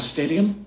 Stadium